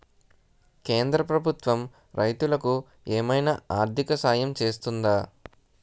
కేంద్ర ప్రభుత్వం రైతులకు ఏమైనా ఆర్థిక సాయం చేస్తుందా?